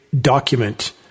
document